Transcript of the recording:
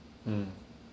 mm